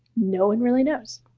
no one really knows.